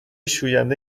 شوینده